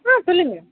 ஆ சொல்லுங்கள்